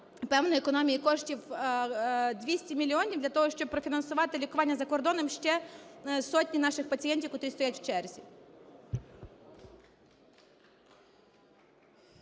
певної економії коштів 200 мільйонів для того, щоб профінансувати лікування за кордоном ще сотні наших пацієнтів, котрі стоять в черзі.